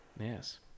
Yes